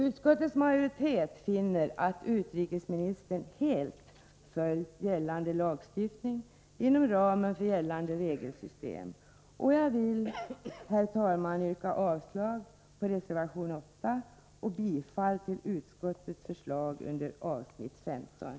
Utskottets majoritet finner att utrikesministern helt följt gällande lagstiftning inom ramen för gällande regelsystem. Herr talman! Jag vill yrka avslag på reservation 8 och bifall till utskottets förslag under avsnitt 15.